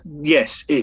yes